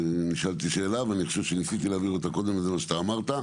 נשאלתי שאלה ואני חושב שניסיתי להבהיר אותה קודם וזה מה שאתה אמרת.